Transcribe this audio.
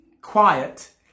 quiet